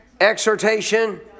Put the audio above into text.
exhortation